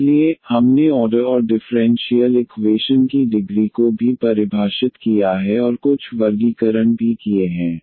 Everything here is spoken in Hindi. इसलिए हमने ऑर्डर और डिफरेंशियल इक्वेशन की डिग्री को भी परिभाषित किया है और कुछ वर्गीकरण भी किए हैं